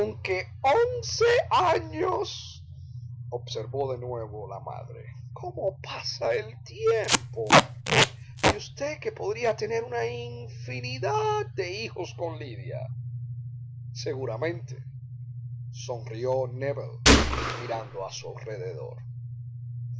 conque once años observó de nuevo la madre cómo pasa el tiempo y usted que podría tener una infinidad de hijos con lidia seguramente sonrió nébel mirando a su rededor